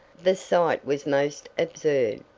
the sight was most absurd.